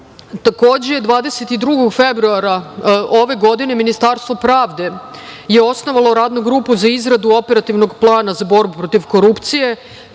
Evropi. Takođe, 22. februara ove godine Ministarstvo pravde je osnovalo Radnu grupu za izradu operativnog plana za borbu protiv korupcije.